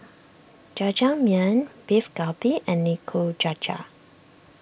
Jajangmyeon Beef Galbi and Nikujaga